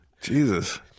Jesus